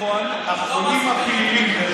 החולים הפעילים.